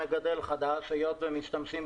אני רוצה שהמגדלים והמועצה ישמעו: אנחנו